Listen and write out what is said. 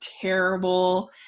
terrible